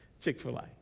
Chick-fil-A